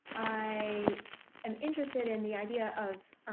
i am interested in the idea of, ah,